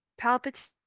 Palpatine